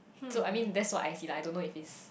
so I mean that's what I see lah I don't know if it's